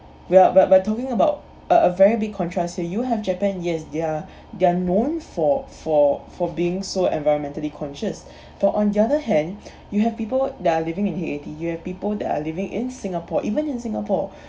we are we are talking about a a very big contrast here you have japan yes they're they're known for for for being so environmentally conscious but on the other hand you have people that are living in haiti you have people that are living in singapore even in singapore